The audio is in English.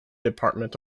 department